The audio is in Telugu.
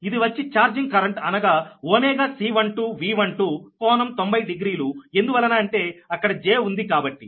ఇది వచ్చి ఛార్జింగ్ కరెంట్ అనగా C12V12కోణం 900 ఎందువలన అంటే అక్కడ j ఉంది కాబట్టి